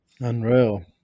unreal